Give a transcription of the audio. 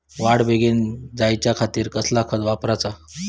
वाढ बेगीन जायच्या खातीर कसला खत वापराचा?